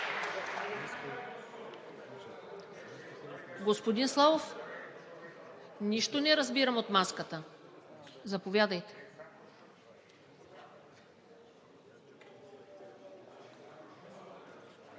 Господин Славов, нищо не разбирам от маската. (Реплика